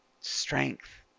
Strength